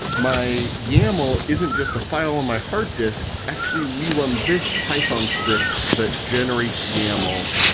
my yaml isn't just a file on my hard disk. actually, we run this python script that generates yaml,